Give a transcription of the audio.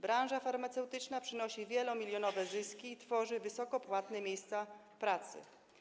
Branża farmaceutyczna przynosi wielomilionowe zyski i tworzy wysokopłatne miejsca pracy.